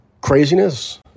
craziness